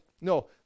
no